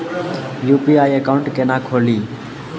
UPI account केना खोलि?